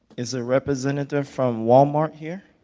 is a representative from walmart here?